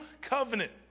covenant